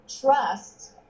trust